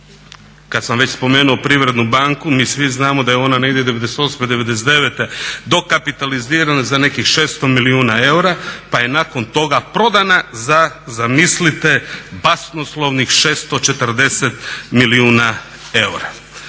Kad sam već spomenuo Privrednu banku, mi svi znamo da je ona 89., 99.dokapitalizirana za nekih 600 milijuna eura pa je nakon toga prodana za zamislite basnoslovnih 640 milijuna eura.